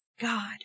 God